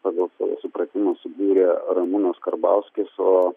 pagal savo supratimą subūrė ramūnas karbauskis o